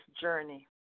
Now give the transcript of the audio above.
journey